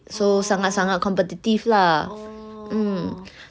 so sangat sangat competitive lah mm